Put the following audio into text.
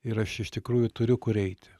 ir aš iš tikrųjų turiu kur eiti